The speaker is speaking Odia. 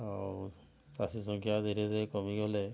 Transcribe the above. ଆଉ ଚାଷୀ ସଂଖ୍ୟା ଧୀରେ ଧୀରେ କମି ଗଲେ